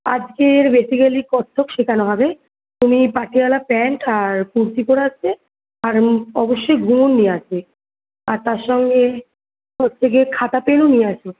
আজকের বেসিক্যালি কত্থক শেখানো হবে তুমি পাটিয়ালা প্যান্ট আর কুর্তি পরে আসবে আর অবশ্যই ঘুঙুর নিয়ে আসবে আর তার সঙ্গে প্রত্যেকে খাতা পেনও নিয়ে আসবে